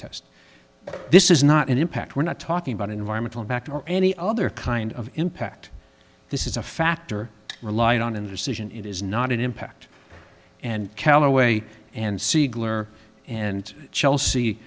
test this is not an impact we're not talking about environmental impact or any other kind of impact this is a factor relied on in the decision it is not an impact and calloway and siegler and chelsea